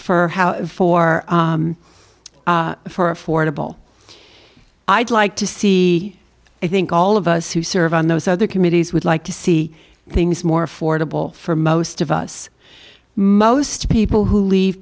for for affordable i'd like to see i think all of us who serve on those other committees would like to see things more affordable for most of us most people who leave